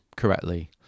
correctly